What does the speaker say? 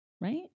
right